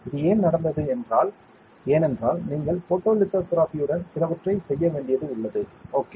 இது ஏன் நடந்தது ஏனென்றால் நீங்கள் ஃபோட்டோலித்தோகிராஃபியுடன் சிலவற்றை செய்ய வேண்டியது உள்ளது ஓகே